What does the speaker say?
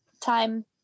Time